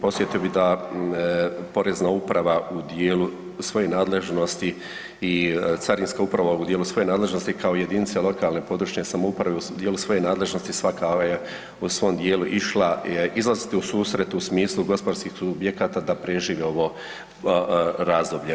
Podsjetio bih da Porezna uprava u dijelu svoje nadležnosti i Carinska uprava u dijelu svoje nadležnosti kao jedinice lokalne i područne samouprave u dijelu svoje nadležnosti, svaka je u svom dijelu išla izlaziti u susret u smislu gospodarskih subjekata da prežive ovo razdoblje.